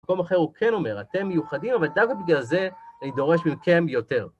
במקום אחר הוא כן אומר, אתם מיוחדים, אבל דווקא בגלל זה אדרוש ממכם יותר.